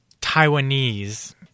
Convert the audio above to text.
Taiwanese